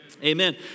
Amen